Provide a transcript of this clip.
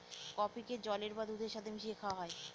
কফিকে জলের বা দুধের সাথে মিশিয়ে খাওয়া হয়